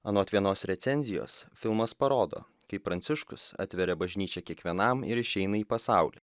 anot vienos recenzijos filmas parodo kaip pranciškus atveria bažnyčią kiekvienam ir išeina į pasaulį